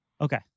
Okay